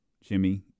Jimmy